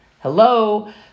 Hello